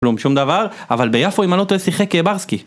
כלום שום דבר אבל ביפו אם אני לא טועה שיחק ברסקי